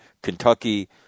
Kentucky